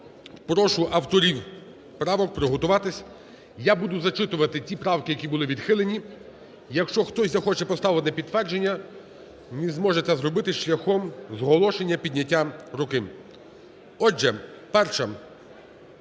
Прошу авторів правок приготуватися. Я буду зачитувати ті правки, які були відхилені. Якщо хтось захоче поставити на підтвердження, він зможе це зробити шляхом з оголошення підняттям руки. Отже, 1-а.